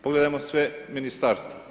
Pogledajmo sve ministarstva.